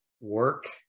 work